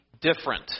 different